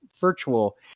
virtual